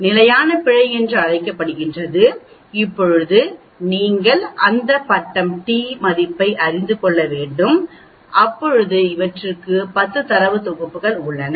நிலையான பிழை என்று அழைக்கப்படுகிறது இப்போது நீங்கள் அந்த பட்டம் டி மதிப்பை அறிந்து கொள்ள வேண்டும் இப்போது இவற்றுக்கு 10 தரவு தொகுப்புகள் உள்ளன